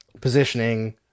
positioning